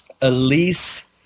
Elise